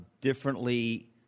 differently